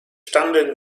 standen